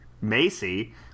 Macy